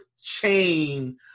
chain